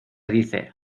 dice